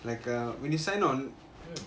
like uh when you sign on